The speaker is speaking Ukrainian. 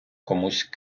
комусь